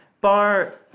Bar